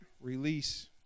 Release